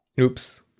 Oops